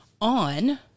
on